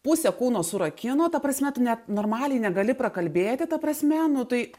pusė kūno surakino ta prasme tu net normaliai negali prakalbėti ta prasme nu tai